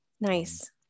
Nice